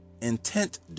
Intent